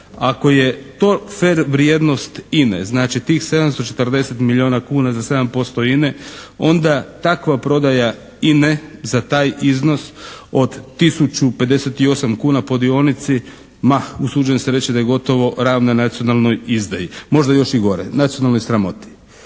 Ako je to fer vrijednost INA-e, znači tih 740 milijuna kuna za 7% INa-e onda takva prodaja INA-e za taj iznos od tisuću 58 kuna po dionici, ma usuđujem se reći da je gotovo ravna nacionalnoj izdaji, možda još i gore, nacionalnoj sramoti.